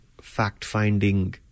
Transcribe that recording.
fact-finding